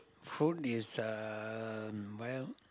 food is um well